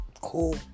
cool